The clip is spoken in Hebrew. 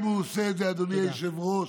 הוא עושה את זה, אדוני היושב-ראש,